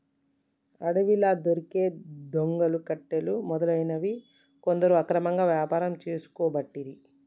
అడవిలా దొరికే దుంగలు, కట్టెలు మొదలగునవి కొందరు అక్రమంగా వ్యాపారం చేసుకోబట్టిరి